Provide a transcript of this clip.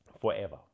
forever